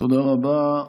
תודה רבה.